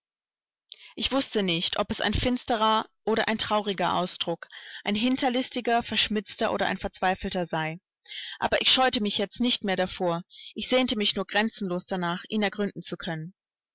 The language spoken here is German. ich wußte nicht ob es ein finsterer oder ein trauriger ausdruck ein hinterlistiger verschmitzter oder ein verzweifelter sei aber ich scheute mich jetzt nicht mehr davor ich sehnte mich nur grenzenlos danach ihn ergründen zu können